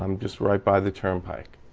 um just right by the turnpike.